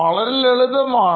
വളരെ ലളിതമാണ്